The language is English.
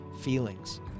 feelings